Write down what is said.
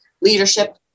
leadership